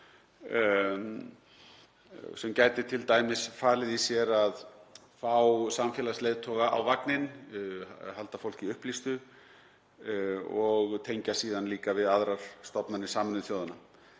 sem gæti t.d. falið í sér að fá samfélagsleiðtoga á vagninn, halda fólki upplýstu og tengja síðan við aðrar stofnanir Sameinuðu þjóðanna